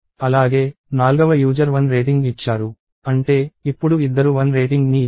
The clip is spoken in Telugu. అలాగే 4వ యూజర్ 1 రేటింగ్ ఇచ్చారు అంటే ఇప్పుడు ఇద్దరు 1 రేటింగ్ ని ఇచ్చారు